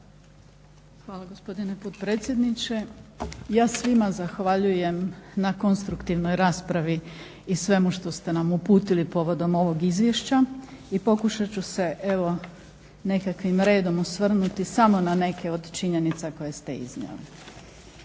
Hvala gospodine potpredsjedniče. Ja svima zahvaljujem na konstruktivnoj raspravi i svemu što ste nam uputili povodom ovog izvješća i pokušat ću se evo nekakvim redom osvrnuti samo na neke od činjenica koje ste iznijeli.